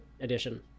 edition